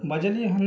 बजलियै हन